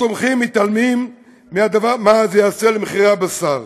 התומכים מתעלמים ממה הדבר יעשה למחירי הבשר.